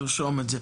תרשום את זה.